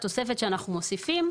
התוספת שאנחנו מוסיפים,